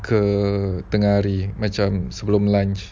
ke tengah hari macam sebelum lunch